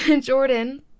Jordan